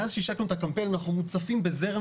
מאז שהשקנו את הקמפיין אנחנו מוצפים בזרם